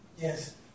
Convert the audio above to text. Yes